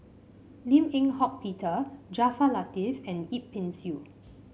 Lim Eng Hock Peter Jaafar Latiff and Yip Pin Xiu